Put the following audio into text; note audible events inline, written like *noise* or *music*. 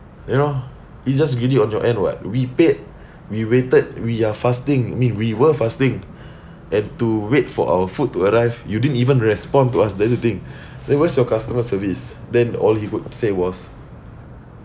you know it's just greedy on your end [what] we paid *breath* we waited we are fasting I mean we were fasting *breath* and to wait for our food to arrive you didn't even respond to us that's the thing *breath* then where's your customer service then all he could say was